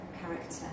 character